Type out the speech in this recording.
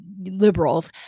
liberals